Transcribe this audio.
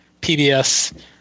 PBS